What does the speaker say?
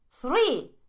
Three